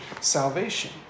salvation